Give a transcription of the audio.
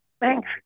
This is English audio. Thanks